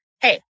hey